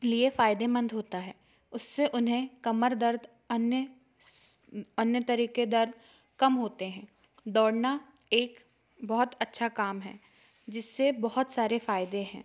लिए फायदेमंद होता है उससे उन्हें कमर दर्द अन्य अन्य तरह के दर्द कम होते हैं दौड़ना एक बहुत अच्छा काम है जिससे बहुत सारे फायदे हैं